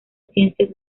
ciencias